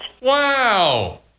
Wow